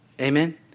Amen